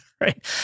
Right